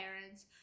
parents